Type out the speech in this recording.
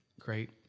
Great